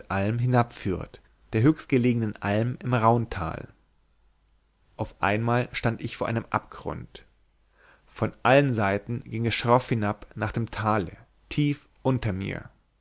hinabführt der höchstgelegenen alm im rauntal auf einmal stand ich vor einem abgrund von allen seiten ging es schroff hinab nach dem tale tief unter mir